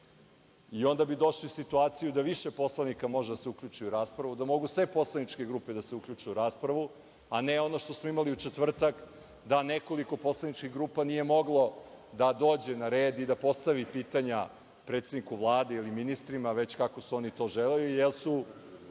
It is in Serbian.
Onda bi došli u situaciju da više poslanika može da se uključi u raspravu, da mogu sve poslaničke grupe da se uključe u raspravu, a ne ono što smo imali u četvrtak da nekoliko poslaničkih grupa nije moglo da dođe na red i da postavi pitanja predsedniku Vlade ili ministrima, već kako su oni to želeli, jer su